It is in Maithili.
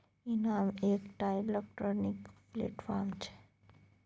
इनाम एकटा इलेक्ट्रॉनिक प्लेटफार्म छै